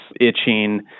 itching